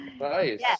Nice